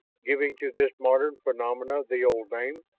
giving to this modern phenomenon the old name.